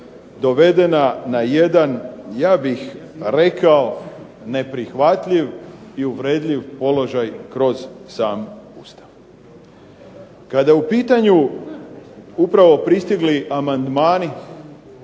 dovedena na jedan, ja bih rekao, neprihvatljiv i uvredljiv položaj kroz sam Ustav. Kada su u pitanju upravo pristigli amandmani